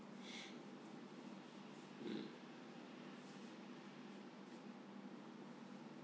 mm